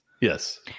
Yes